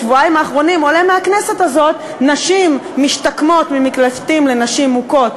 בשבועיים האחרונים עולה מהכנסת הזאת: נשים משתקמות ממקלטים לנשים מוכות,